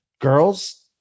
girls